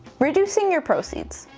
reducing your proceeds.